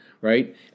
right